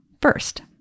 first